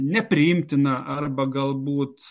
nepriimtiną arba galbūt